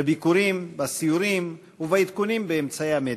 בביקורים, בסיורים ובעדכונים במדיה.